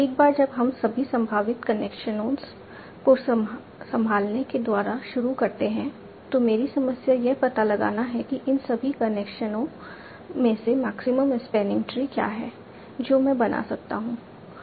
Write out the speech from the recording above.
एक बार जब हम सभी संभावित कनेक्शनों को संभालने के द्वारा शुरू करते हैं तो मेरी समस्या यह पता लगाना है कि इस सभी कनेक्शनों में से मैक्सिमम स्पैनिंग ट्री क्या हैं जो मैं बना सकता हूं